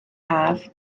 haf